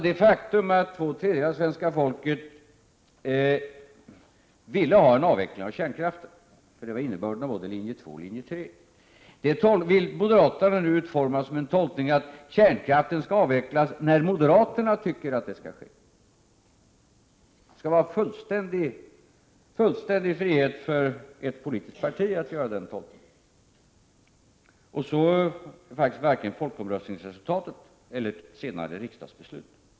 Det faktum att två tredjedelar av svenska folket vill ha en avveckling av kärnkraften, vilket var innebörden av både linje 2:s och linje 3:s politik, vill moderaterna nu tolka så att kärnkraften skall avvecklas när moderaterna tycker att detta skall ske. De tycker att ett politiskt parti skall ha fullständig frihet att göra en sådan tolkning! Det var inte meningen, med vare sig folkomröstningsresultatet eller senare riksdagsbeslut.